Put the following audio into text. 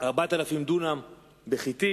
היתה 4,000 דונם בחיטין,